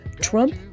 Trump